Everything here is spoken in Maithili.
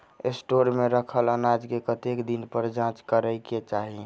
स्टोर मे रखल अनाज केँ कतेक दिन पर जाँच करै केँ चाहि?